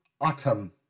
Autumn